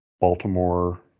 Baltimore